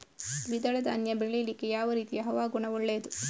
ದ್ವಿದಳ ಧಾನ್ಯ ಬೆಳೀಲಿಕ್ಕೆ ಯಾವ ರೀತಿಯ ಹವಾಗುಣ ಒಳ್ಳೆದು?